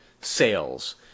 sales